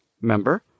member